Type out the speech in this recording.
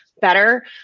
better